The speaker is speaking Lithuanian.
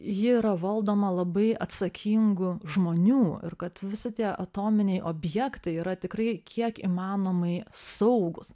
ji yra valdoma labai atsakingų žmonių ir kad visi tie atominiai objektai yra tikrai kiek įmanomai saugūs